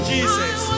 Jesus